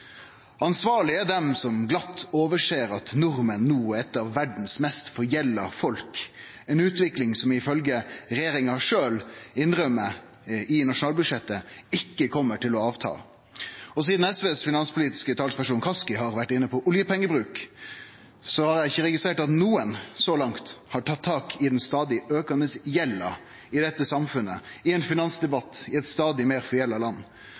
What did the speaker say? Ansvarleg er dei som glatt overser at nordmenn no er av dei mest forgjelda folka i verda, ei utvikling som regjeringa sjølv innrømmer i nasjonalbudsjettet ikkje kjem til å avta. SVs finanspolitiske talsperson Kaski har vore inne på oljepengebruk, men eg har ikkje registrert at nokon så langt har tatt tak i den stadig aukande gjelda i dette samfunnet – i ein finansdebatt i eit stadig meir forgjelda land